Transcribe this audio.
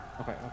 Okay